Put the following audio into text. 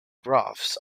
graphs